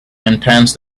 intense